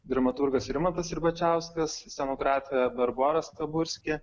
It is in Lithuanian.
dramaturgas rimantas ribačiauskas scenografė barbora staburskė